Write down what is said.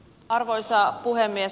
arvoisa puhemies